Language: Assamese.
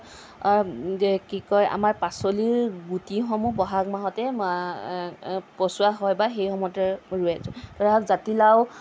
কি কয় আমাৰ পাচলিৰ গুটিসমূহ বহাগ মাহতেই পচোৱা হয় বা সেই সময়তেই ৰুৱে ধৰক জাতিলাউ